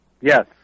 Yes